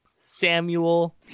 Samuel